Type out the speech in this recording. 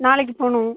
நாளைக்கு போகணும்